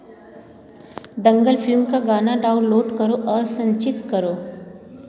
दंगल film का गाना download करो और संचित करो